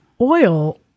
oil